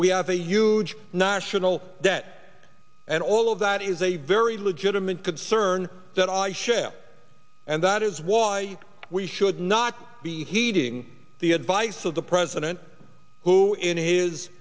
we have a huge national debt and all of that is a very legitimate concern that i share and that is why we should not be heeding the advice of the president who in his